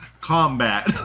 combat